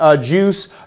juice